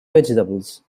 vegetables